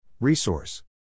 Resource